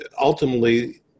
ultimately